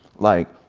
like,